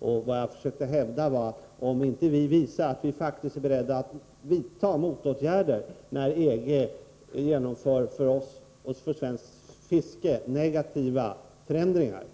Och vad jag försökte hävda var att om vi inte visar att vi faktiskt är beredda att vidta motåtgärder när EG genomför för oss och för svenskt fiske negativa förändringar,